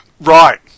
Right